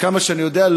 עד כמה שאני יודע,